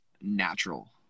natural